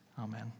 Amen